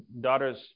daughters